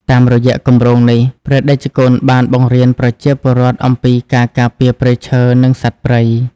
តាមរយៈគម្រោងនេះ ព្រះតេជគុណបានបង្រៀនប្រជាពលរដ្ឋអំពីការការពារព្រៃឈើ និងសត្វព្រៃ។